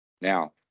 Now